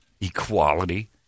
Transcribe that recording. Equality